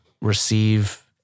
receive